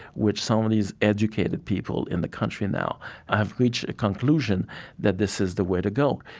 which some of these educated people in the country now have reached a conclusion that this is the way to go.